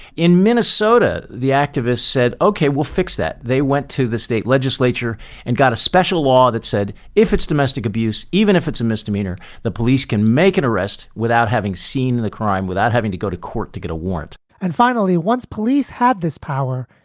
in minnesota, the activists said, ok, we'll fix that. they went to the state legislature and got a special law that said if it's domestic abuse, even if it's a misdemeanor, the police can make an arrest without having seen the crime, without having to go to court to get a warrant and finally, once police had this power,